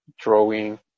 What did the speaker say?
drawing